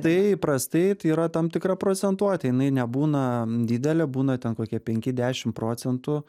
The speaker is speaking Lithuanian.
tai įprastai tai yra tam tikra procentuotė jinai nebūna didelė būna ten kokie penki dešim procentų